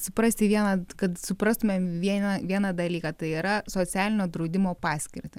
suprasti vieną kad suprastume vieną vieną dalyką tai yra socialinio draudimo paskirtį